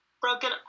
broken